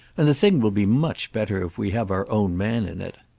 and the thing will be much better if we have our own man in it.